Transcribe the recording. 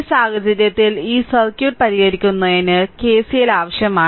ഈ സാഹചര്യത്തിൽ ഈ സർക്യൂട്ട് പരിഹരിക്കുന്നതിന് കെസിഎൽ ആവശ്യമാണ്